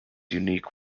unique